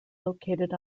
located